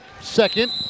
second